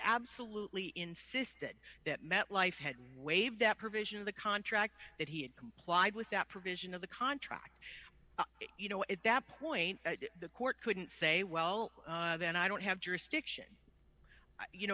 absolutely insisted that metlife had waived that provision of the contract that he had complied with that provision of the contract you know at that point the court couldn't say well then i don't have jurisdiction